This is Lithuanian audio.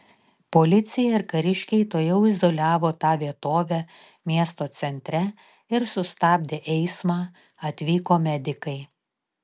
policija ir kariškiai tuojau izoliavo tą vietovę miesto centre ir sustabdė eismą atvyko medikai